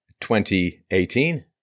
2018